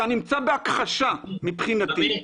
אתה נמצא בהכחשה מבחינתי.